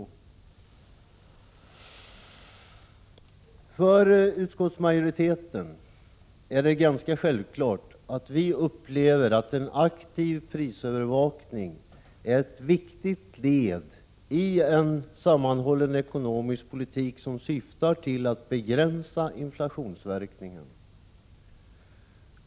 Vi inom utskottsmajoriteten upplever självfallet en aktiv prisövervakning som ett viktigt led i en sammanhållen ekonomisk politik som syftar till att begränsa inflationens verkningar.